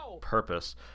purpose